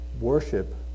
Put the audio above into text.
worship